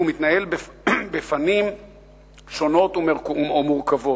הוא מתנהל בפנים שונות או מורכבות.